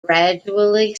gradually